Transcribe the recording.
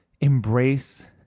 embrace